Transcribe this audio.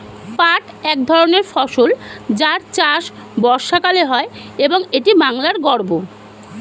পাট এক ধরনের ফসল যার চাষ বর্ষাকালে হয় এবং এটি বাংলার গর্ব